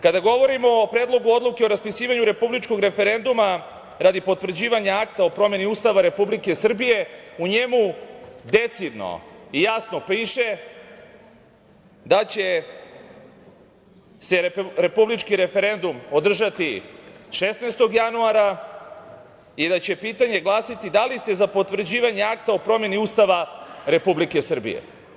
Kada govorimo o Predlogu odluke o raspisivanju republičkog referenduma radi potvrđivanja Akta o promeni Ustava Republike Srbije u njemu decidno i jasno piše da će se republički referendum održati 16. januara i da će pitanje glasiti da li ste za potvrđivanje Akta o promeni Ustava Republike Srbije.